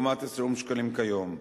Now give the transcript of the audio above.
לעומת 20 שקלים כיום,